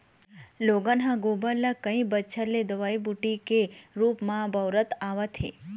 लोगन ह गोबर ल कई बच्छर ले दवई बूटी के रुप म बउरत आवत हे